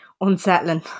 unsettling